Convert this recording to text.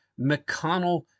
McConnell